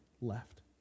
left